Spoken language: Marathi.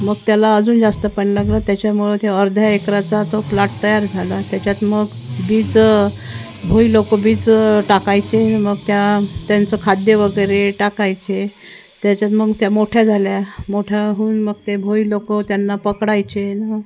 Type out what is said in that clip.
मग त्याला अजून जास्त पाणी लागलं त्याच्यामुळं ते अर्ध्या एकराचा तो प्लॉट तयार झाला त्याच्यात मग बीज भुई लोक बीज टाकायचे मग त्या त्यांचं खाद्य वगैरे टाकायचे त्याच्यात मग त्या मोठ्या झाल्या मोठ्या होऊन मग ते भुई लोक त्यांना पकडायचे न